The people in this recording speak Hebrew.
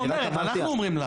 את לא אומרת, אנחנו אומרים לך.